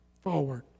forward